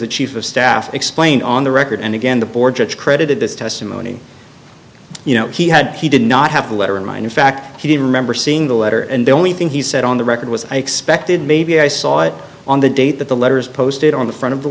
the chief of staff explained on the record and again the board judge credited this testimony you know he had he did not have the letter in mind in fact he didn't remember seeing the letter and the only thing he said on the record was i expected maybe i saw it on the date that the letters posted on the front of